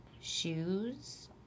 shoes